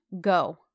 Go